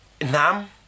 Nam